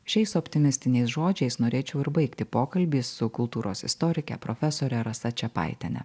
šiais optimistiniais žodžiais norėčiau ir baigti pokalbį su kultūros istorike profesorė rasa čepaitiene